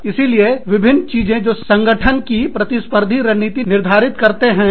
इसीलिए विभिन्न चीजें जो संगठन की प्रतिस्पर्धी रणनीति निर्धारित करते हैं